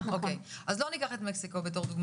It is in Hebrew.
לא ניקח את מקסיקו כדוגמה.